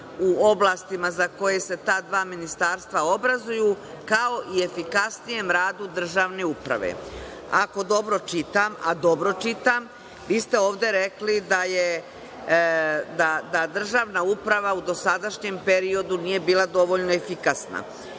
u oblastima za koje se ta dva ministarstva obrazuju, kao i efikasnijem radu državne uprave. Ako dobro čitam, a dobro čitam, vi ste ovde rekli da državna uprava u dosadašnjem periodu nije bila dovoljno efikasna.